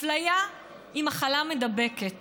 אפליה היא מחלה מידבקת